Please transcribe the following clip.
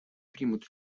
примут